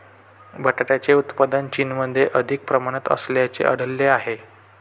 बटाट्याचे उत्पादन चीनमध्ये अधिक प्रमाणात असल्याचे आढळले आहे